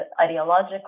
ideologically